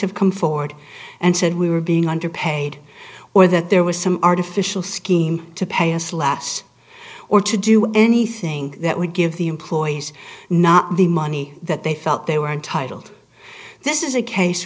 have come forward and said we were being underpaid or that there was some artificial scheme to pay us last or to do anything that would give the employees not the money that they thought they were entitled this is a case